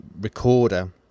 recorder